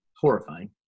Horrifying